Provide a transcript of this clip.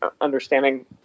understanding